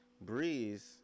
Breeze